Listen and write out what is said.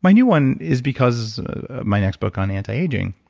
my new one is because my next book on anti-aging.